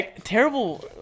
terrible